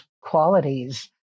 qualities